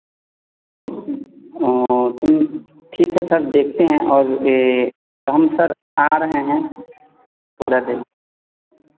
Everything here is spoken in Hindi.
ठीक है सर देखते है और यह हम सर आ रहे हैं पूरा दिन